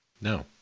No